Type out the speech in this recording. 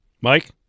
Mike